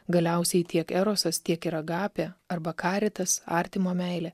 galiausiai tiek erosas tiek ir agapė arba karitas artimo meilė